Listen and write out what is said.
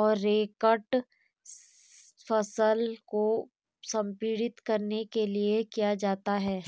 और रेक्ड फसल को संपीड़ित करने के लिए किया जाता है